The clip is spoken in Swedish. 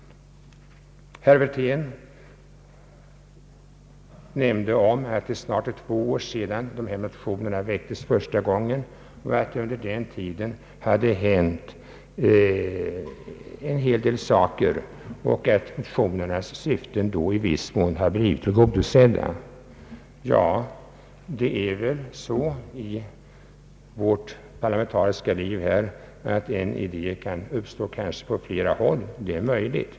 Herr Wirtén nämnde att det snart är två år sedan dessa motioner väcktes första gången och att det under den tiden har hänt en del, så att motionernas syften i viss mån blivit tillgodosedda. I vårt parlamentariska liv kan en idé kanske också komma från flera håll.